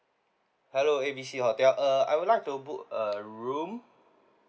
hello A B C hotel uh I would like to book a room